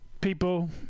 people